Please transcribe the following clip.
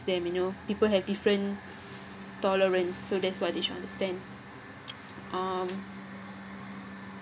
them you know people have different tolerance so that's what they should understand um